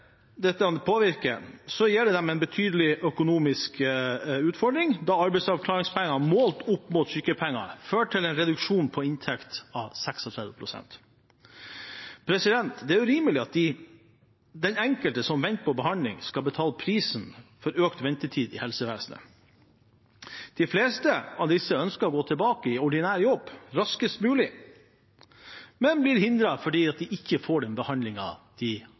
dette påvirker, gir det en betydelig økonomisk utfordring, da arbeidsavklaringspenger målt opp mot sykepenger fører til en reduksjon i inntekt på 36 pst. Det er urimelig at den enkelte som venter på behandling, skal betale prisen for økt ventetid i helsevesenet. De fleste av disse ønsker å gå tilbake i ordinær jobb raskest mulig, men blir hindret fordi de ikke får den